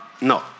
no